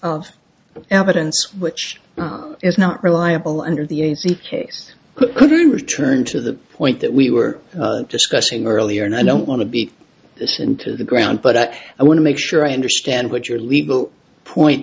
of evidence which is not reliable and or the ac case could return to the point that we were discussing earlier and i don't want to beat this into the ground but i want to make sure i understand what your legal point